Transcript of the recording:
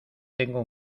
tengo